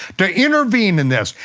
to intervene in this.